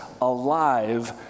alive